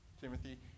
Timothy